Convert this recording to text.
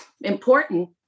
Important